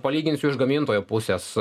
palyginsiu iš gamintojo pusės